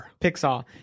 Pixar